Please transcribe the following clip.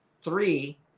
Three